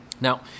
Now